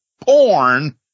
porn